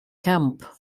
camp